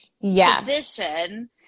position